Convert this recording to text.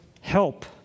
help